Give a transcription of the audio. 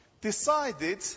decided